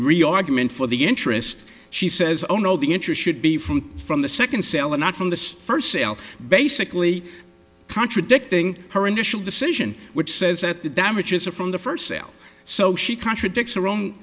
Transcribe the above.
real argument for the interest she says oh no the interest should be from from the second seller not from this first sale basically contradicting her initial decision which says that the damages are from the first sale so she contradicts he